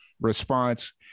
response